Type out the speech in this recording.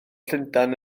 llundain